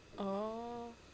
oh